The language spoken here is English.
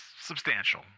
substantial